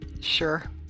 Sure